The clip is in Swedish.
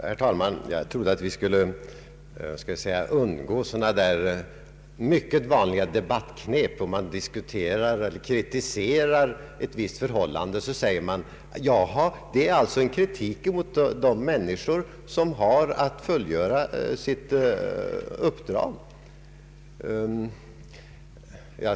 Herr talman! Jag trodde att vi skulle kunna undgå sådana där mycket vanliga debattknep som detta att påstå, när ett visst förhållande kritiseras, att kritiken riktas mot människor som har att fullgöra sitt uppdrag.